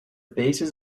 bases